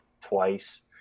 twice